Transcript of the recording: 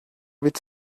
with